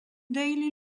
daily